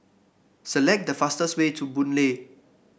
select the fastest way to Boon Lay